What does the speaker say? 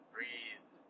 Breathe